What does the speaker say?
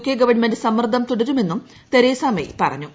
K government സമ്മർദ്ദം തുടരുമെന്നും Theresa May പറഞ്ഞു